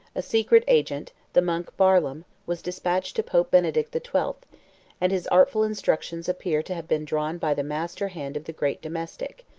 a secret agent, the monk barlaam, was despatched to pope benedict the twelfth and his artful instructions appear to have been drawn by the master-hand of the great domestic.